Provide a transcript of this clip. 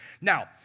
Now